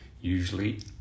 usually